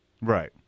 Right